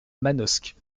manosque